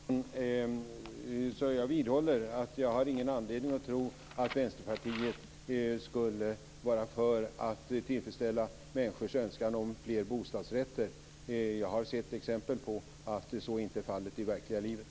Herr talman! Jag vidhåller att jag inte har någon anledning att tro att Vänsterpartiet skulle vara för att tillfredsställa människors önskan om fler bostadsrätter. Jag har sett exempel på att så inte är fallet i det verkliga livet.